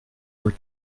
were